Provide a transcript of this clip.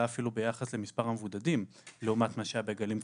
אפילו ביחס למספר המבודדים לעומת מה שהיה בגלים קודמים.